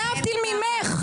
להבדיל ממך,